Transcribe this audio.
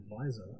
advisor